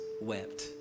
wept